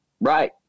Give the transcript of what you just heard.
Right